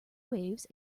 waves